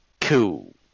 Cool